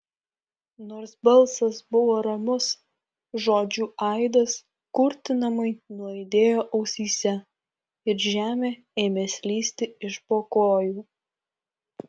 nors balsas buvo ramus žodžių aidas kurtinamai nuaidėjo ausyse ir žemė ėmė slysti iš po kojų